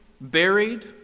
Buried